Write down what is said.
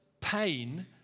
pain